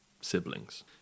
siblings